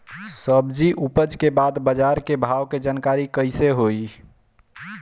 सब्जी उपज के बाद बाजार के भाव के जानकारी कैसे होई?